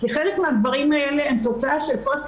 כי חלק מהגברים האלה הם תוצאה של פוסט